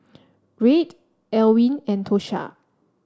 Reid Elwyn and Tosha